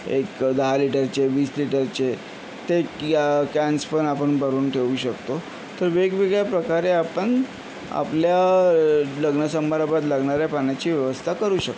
एक दहा लिटरचे वीस लिटरचे ते क कॅन्स पण आपण भरून ठेवू शकतो तर वेगवेगळ्या प्रकारे आपण आपल्या लग्नसंमारंभात लागणाऱ्या पाण्याची व्यवस्था करू शकतो